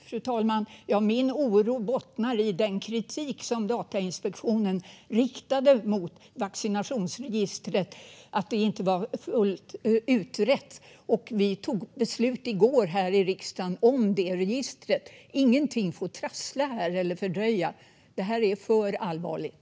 Fru talman! Min oro bottnar i den kritik som Datainspektionen riktade mot vaccinationsregistret gällande att det inte var fullt utrett. Vi tog beslut i går här i riksdagen om detta register. Ingenting får trassla eller fördröja här; detta är för allvarligt.